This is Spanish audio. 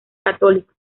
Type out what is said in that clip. católico